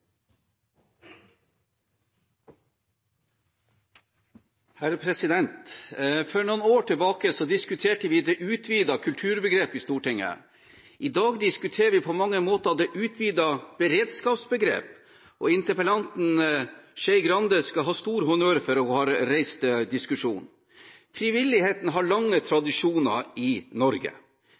For noen år tilbake diskuterte vi det utvidede kulturbegrepet i Stortinget. I dag diskuterer vi på mange måter det utvidede beredskapsbegrepet. Interpellanten, Skei Grande, skal ha honnør for å ha reist diskusjonen. Frivilligheten har lange tradisjoner i Norge.